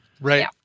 right